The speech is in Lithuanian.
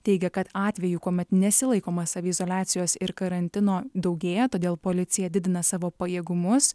teigė kad atvejų kuomet nesilaikoma saviizoliacijos ir karantino daugėja todėl policija didina savo pajėgumus